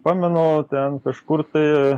pamenu ten kažkur tai